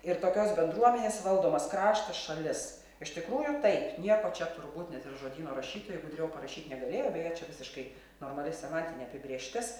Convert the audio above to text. ir tokios bendruomenės valdomas kraštas šalis iš tikrųjų taip nieko čia turbūt net ir žodyno rašytojai gudriau parašyti negalėjo beje čia visiškai normali semantinė apibrėžtis